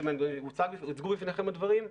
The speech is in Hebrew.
והוצגו בפניכם הדברים.